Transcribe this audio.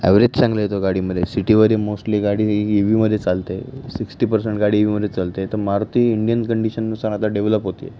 average चांगला येतो गाडीमध्ये सिटीमध्ये मोस्टली गाडी इ वीमध्ये चालते सिक्स्टी पर्सेंट गाडी इ वीमध्ये चालते तर मारुती इंडियन कंडिशननुसर आता डेव्हलप होते आहे